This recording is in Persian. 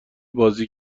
بازی